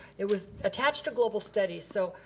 it was attached to global studies, so.